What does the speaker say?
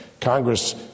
Congress